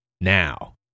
now